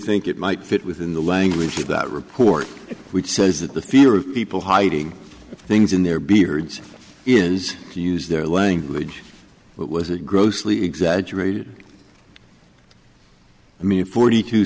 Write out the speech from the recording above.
think it might fit within the language of that report which says that the fear of people hiding things in their beards is to use their language was a grossly exaggerated i mean forty two